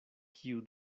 kiu